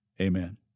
Amen